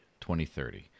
2030